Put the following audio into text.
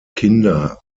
kinder